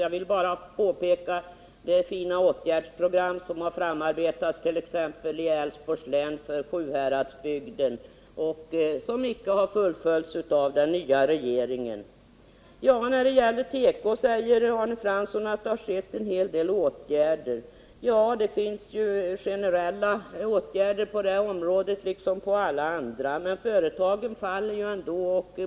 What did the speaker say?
Jag vill bara peka på det fina åtgärdsprogram som har framarbetats i Älvsborgs län för Sjuhäradsbygden och som icke har fullföljts av den nya regeringen. Arne Fransson säger att det har vidtagits en hel del åtgärder för tekoindustrin. Ja, det finns ju generella åtgärder på det här området liksom på alla andra, men företagen faller ändå.